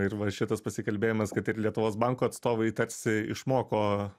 ir va šitas pasikalbėjimas kad ir lietuvos banko atstovai tarsi išmoko